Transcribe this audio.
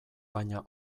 baina